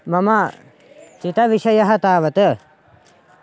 मम चितविषयः तावत्